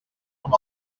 com